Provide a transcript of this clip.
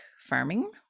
Farming